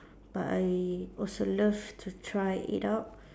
but I also love to try it out